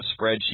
spreadsheet